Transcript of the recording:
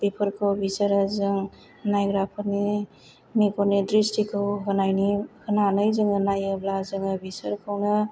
बेफोरखौ बिसोरो जों नायग्राफोरनि मेगननि द्रिसथिखौ होनायनि होनानै जोङो नायोब्ला जोङो बिसोरखौनो